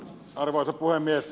arvoisa puhemies